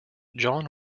john